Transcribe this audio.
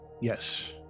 Yes